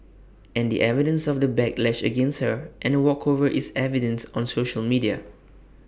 and the evidence of the backlash against her and A walkover is evident on social media